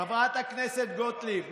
חברת הכנסת גוטליב,